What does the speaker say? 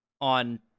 on